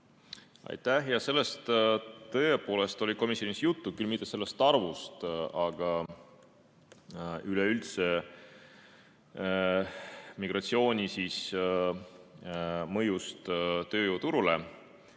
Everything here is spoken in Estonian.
Aitäh! Sellest tõepoolest oli komisjonis juttu. Küll mitte sellest arvust, aga üleüldse migratsiooni mõjust tööjõuturule.